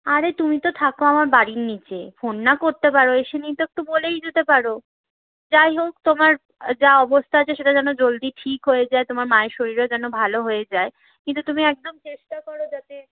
আরে তুমি তো থাকো আমার বাড়ির নিচে ফোন না করতে পারো এসে তো একটু বলেই যেতে পারো যাই হোক তোমার যা অবস্থা আছে সেটা যেন জলদি ঠিক হয়ে যায় তোমার মায়ের শরীরও যেন ভালো হয়ে যায় কিন্তু তুমি একদম চেষ্টা করো যাতে